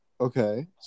Okay